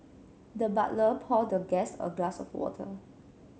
the butler poured the guest a glass of water